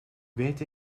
weet